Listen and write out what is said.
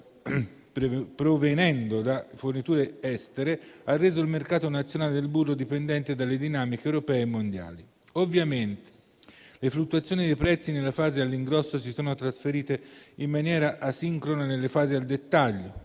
provenendo da forniture estere, ha reso il mercato nazionale del burro dipendente dalle dinamiche europee e mondiali. Ovviamente, le fluttuazioni dei prezzi nella fase all'ingrosso si sono trasferite in maniera asincrona nelle fasi al dettaglio;